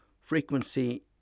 Frequency